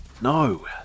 No